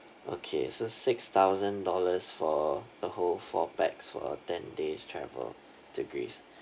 okay so six thousand dollars for the whole four pax for ten days travel to greece